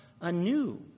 anew